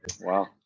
Wow